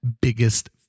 biggest